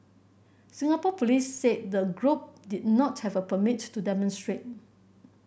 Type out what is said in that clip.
Singapore police said the group did not have a permit to demonstrate